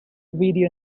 video